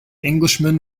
englishman